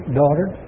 daughter